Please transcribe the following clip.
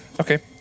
Okay